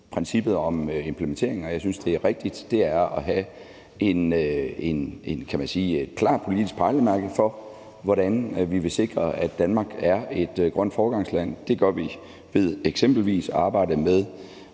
princippet om implementeringen. Og jeg synes, det rigtige er at have et klart politisk pejlemærke for, hvordan vi vil sikre, at Danmark er et grønt foregangsland. Det gør vi ved eksempelvis at arbejde med